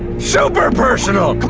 super-personal.